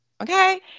okay